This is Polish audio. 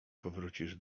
powrócisz